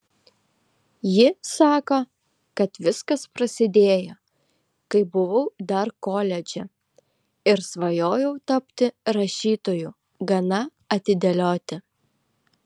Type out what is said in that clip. ji sako kad viskas prasidėjo kai buvau dar koledže ir svajojau tapti rašytoju gana atidėlioti